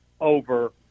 over